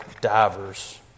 divers